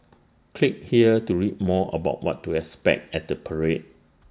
click here to read more about what to expect at the parade